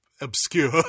obscure